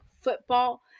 football